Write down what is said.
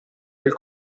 del